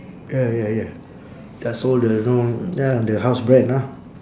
ya ya ya that's all the know ya the house brand ah